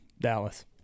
Dallas